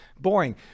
boring